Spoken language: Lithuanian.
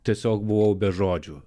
tiesiog buvau be žodžių